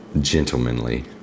Gentlemanly